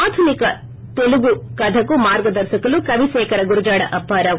ఆధునిక తెలుగు కధకు మార్గదర్చకులు కవిశేఖర గురజాడ అప్పారావు